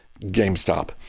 GameStop